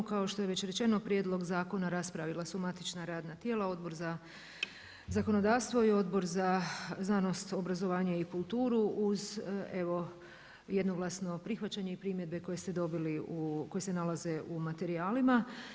Kao što je već rečeno prijedlog zakona raspravila su matična radna tijela, Odbor za zakonodavstvo i Odbor za znanost, obrazovanje i kulturu uz evo jednoglasno prihvaćanje i primjedbe koje ste dobili, koje se nalaze u materijalima.